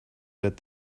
that